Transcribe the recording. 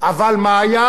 אבל מה היה?